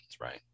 right